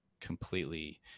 completely